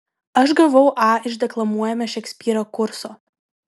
aš gavau a iš deklamuojame šekspyrą kurso